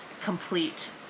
complete